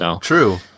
True